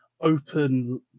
open